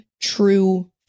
true